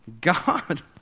God